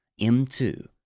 M2